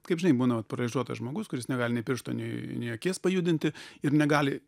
kaip žinai būna va paralyžiuotas žmogus kuris negali nė piršto nė nė akies pajudinti ir negali